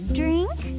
drink